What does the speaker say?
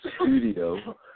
studio